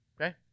Okay